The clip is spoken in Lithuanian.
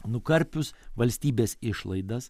nukarpius valstybės išlaidas